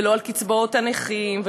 ולא על קצבאות הנכים,